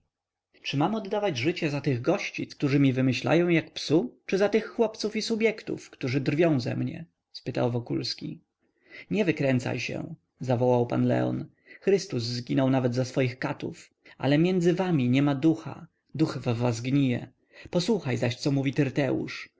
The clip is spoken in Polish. czy mam oddawać życie za tych gości którzy mi wymyślają jak psu czy za tych chłopców i subjektów którzy drwią ze mnie spytał wokulski nie wykręcaj się zawołał pan leon chrystus zginął nawet za swoich katów ale między wami nie ma ducha duch w was gnije posłuchaj zaś co mówi tyrteusz